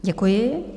Děkuji.